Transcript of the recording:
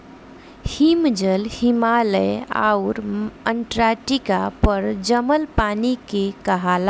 हिमजल, हिमालय आउर अन्टार्टिका पर जमल पानी के कहाला